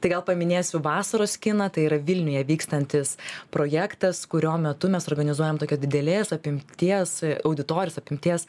tai gal paminėsiu vasaros kiną tai yra vilniuje vykstantis projektas kurio metu mes organizuojam tokią didelės apimties auditorios apimties